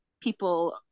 people